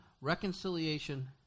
reconciliation